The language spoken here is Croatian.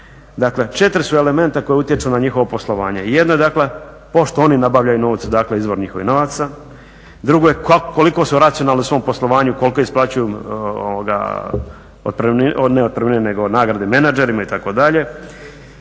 Dakle četiri su elementa koji utječu na njihovo poslovanje. Jedno je dakle pošto oni nabavljaju novce, dakle izvor njihovih novaca, drugi je koliko su racionalni u svom poslovanju i koliko isplaćuju nagrade menadžerima itd..